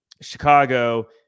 Chicago